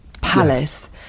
palace